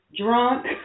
drunk